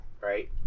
Right